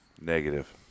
Negative